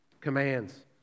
Commands